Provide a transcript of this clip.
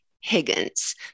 Higgins